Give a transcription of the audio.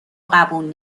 قبول